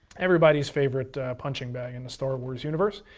everybody's favorite punching bag in the star wars universe.